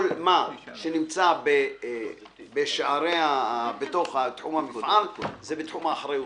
כל מה שנמצא בתוך תחום המפעל, זה בתחום אחריותו.